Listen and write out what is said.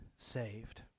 saved